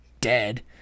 dead